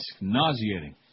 nauseating